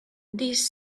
these